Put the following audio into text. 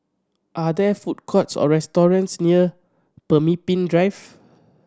are there food courts or restaurants near Pemimpin Drive